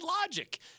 logic